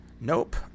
Nope